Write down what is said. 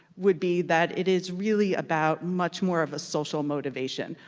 would be that it is really about much more of a social motivation,